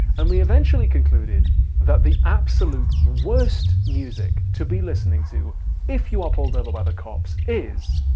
and we eventually concluded that the absolute worst music to be listening to if you are pulled over by the cops is.